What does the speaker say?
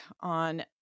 on